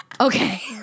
Okay